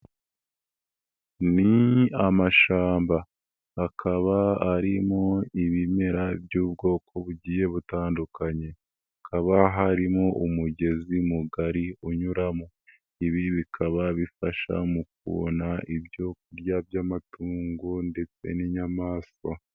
Ni amashamba akaba arimo ibimera by'ubwoko bugiye butandukanye, hakaba harimo umugezi mugari unyuramo, ibi bikaba bifasha mu kubona ibyo kurya by'amatungo ndetse n'inyamaswa.